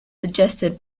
suggested